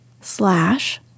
slash